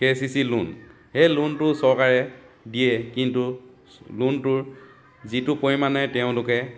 কে C C loan সেই লোনটো চৰকাৰে দিয়ে কিন্তু লোনটোৰ যিটো পৰিমাণে তেওঁলোকে